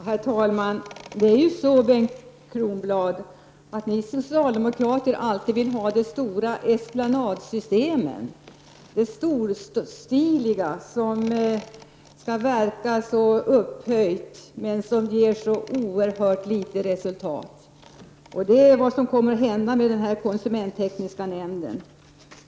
Herr talman! Ni socialdemokrater vill ju alltid ha de stora esplanadsystemen så att säga, Bengt Kronblad. Ni vill ha det storstiliga som skall verka så upphöjt men som ger så oerhört litet resultat. Det är det som kommer att bli resultatet av denna konsumenttekniska nämnd.